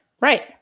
Right